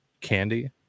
candy